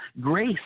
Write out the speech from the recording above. grace